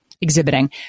exhibiting